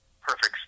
perfect